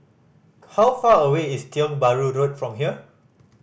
how far away is Tiong Bahru Road from here